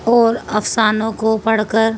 اور افسانوں کو پڑھ کر